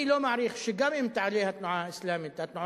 אני לא מעריך שגם אם תעלה התנועה האסלאמית,